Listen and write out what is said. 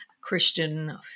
Christian